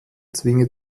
zwinge